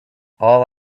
all